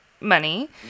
money